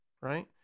right